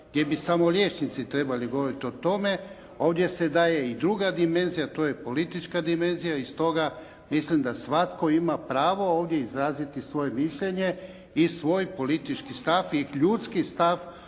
gdje bi samo liječnici trebali govoriti o tome. Ovdje se daje i druga dimenzija. To je politička dimenzija. I stoga mislim da svatko ima pravo ovdje izraziti svoje mišljenje i svoj politički stav i ljudski stav